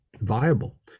viable